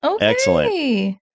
Excellent